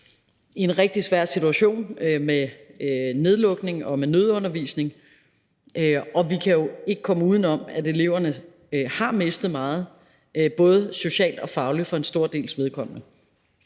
i en rigtig svær situation med nedlukning og med nødundervisning, og vi kan ikke komme uden om, at eleverne har mistet meget både socialt og fagligt for en stor dels vedkommende.